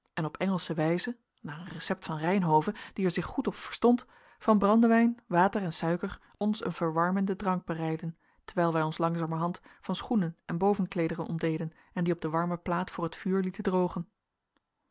en op engelsche wijze naar een recept van reynhove die er zich goed op verstond van brandewijn water en suiker ons een verwarmenden drank bereidden terwijl wij ons langzamerhand van schoenen en bovenkleederen ontdeden en die op de warme plaat voor het vuur lieten drogen